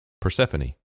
persephone